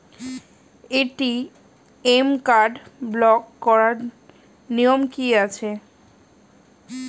ATM card block করার নিয়ম কি আছে?